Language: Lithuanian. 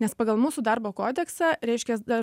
nes pagal mūsų darbo kodeksą reiškias dar